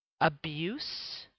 Abuse